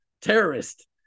terrorist